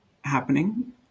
happening